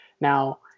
now